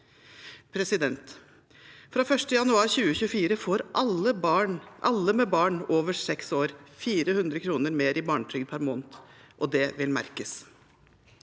kr. Fra 1. januar 2024 får alle med barn over 6 år 400 kr mer i barnetrygd per måned, og det vil merkes.